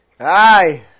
Hi